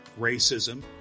racism